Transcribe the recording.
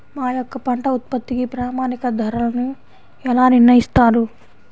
మా యొక్క పంట ఉత్పత్తికి ప్రామాణిక ధరలను ఎలా నిర్ణయిస్తారు?